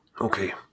Okay